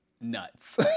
nuts